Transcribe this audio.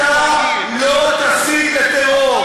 אתה לא תסית לטרור.